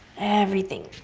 everything.